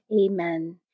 Amen